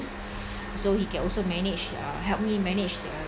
use so he can also manage uh help me manage uh